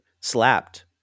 slapped